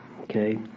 okay